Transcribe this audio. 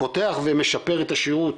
פותח ומשפר את השירות,